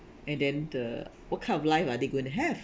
and then the what kind of life are they gonna have